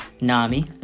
Nami